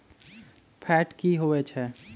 Fat की होवछै?